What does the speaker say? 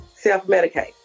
self-medicate